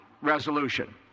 resolution